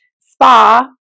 spa